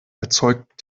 erzeugt